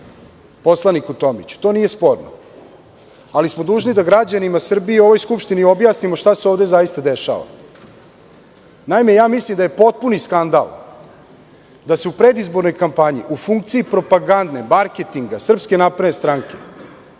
poslaniku Tomiću. To nije sporno. Ali smo dužni da građanima Srbije i ovoj Skupštini objasnimo šta se ovde zaista dešava. Naime, mislim da je potpuni skandal da se u predizbornoj kampanji u funkciji propagande, marketinga SNS sa željom da se